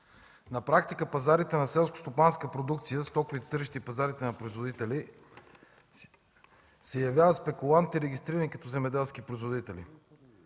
На практика на пазарите на селскостопанска продукция, стоковите тържища и пазарите на производители се явяват спекуланти, регистрирани като земеделски производители.